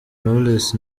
knowless